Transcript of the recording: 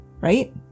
right